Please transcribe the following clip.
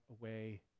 away